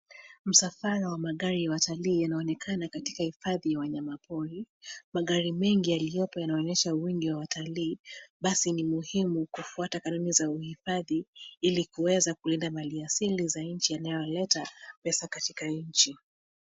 Msafara wa magari ya watalii yanaonekana katika hifadhi ya wanyama pori. Magari mengi yaliopo yanaonyesha wingi wa watalii basi ni muhimu kufuata kanuni za uhifadhi ili kuweza kulinda mali asili za nchini inayoleta pesa katika nchi.